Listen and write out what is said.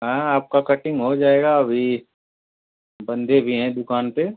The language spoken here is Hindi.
हाँ आपका कटिंग हो जाएगा अभी बंदे भी हैं दुकान पर